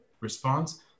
response